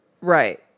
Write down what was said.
Right